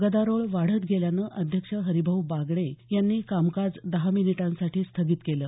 गदारोळ वाढत गेल्यानं अध्यक्ष हरिभाऊ बागडे यांनी कामकाज दहा मिनिटांसाठी स्थगित केलं